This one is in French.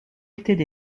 étaient